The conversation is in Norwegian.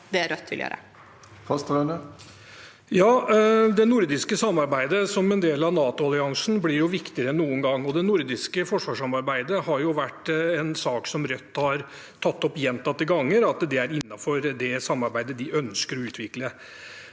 Det nordiske samarbeidet, som en del av NATO-alliansen, blir vikti gere enn noen gang. Og det nordiske forsvarssamarbeidet har vært en sak som Rødt har tatt opp gjentatte ganger og sagt er innenfor det samarbeidet de ønsker å utvikle.